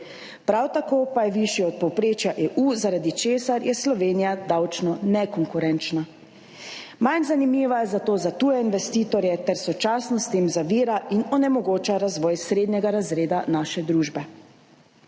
Prav tako pa je višji od povprečja EU, zaradi česar je Slovenija davčno nekonkurenčna. Manj zanimiva je zato za tuje investitorje ter sočasno s tem zavira in onemogoča razvoj srednjega razreda naše družbe.